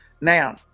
Now